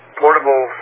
portable